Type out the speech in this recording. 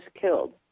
killed